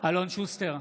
אלון שוסטר,